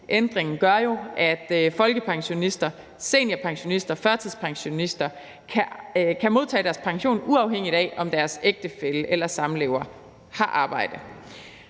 Ændringen gør jo, at folkepensionister, seniorpensionister og førtidspensionister kan modtage deres pension, uafhængigt af om deres ægtefælle eller samlever har arbejde.